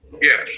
Yes